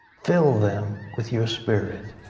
fill them with your spirit.